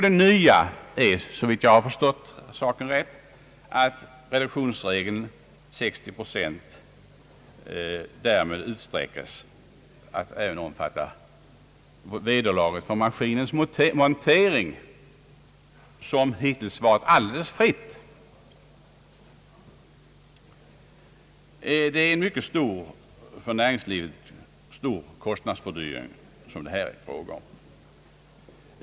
Det nya är, såvitt jag har förstått saken rätt, att reduktionsregeln om 60 procent därmed utsträckes att även omfatta vederlaget för maskinens montering, vilket hittills har varit alldeles fritt från beskattning. Det är här fråga om en mycket stor kostnadshöjning för näringslivet.